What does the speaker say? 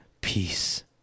Peace